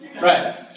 Right